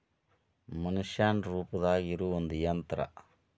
ಮನಷ್ಯಾನ ರೂಪದಾಗ ಇರು ಒಂದ ಯಂತ್ರ